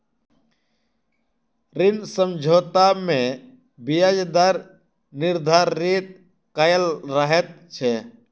ऋण समझौता मे ब्याज दर निर्धारित कयल रहैत छै